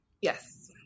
Yes